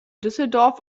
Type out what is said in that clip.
düsseldorf